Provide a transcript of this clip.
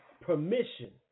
permission